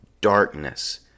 darkness